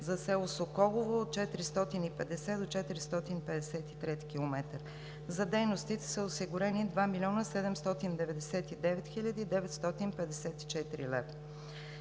за село Соколово – от 450 до 453 км. За дейностите са осигурени 2 млн. 799 хил. 954 лв.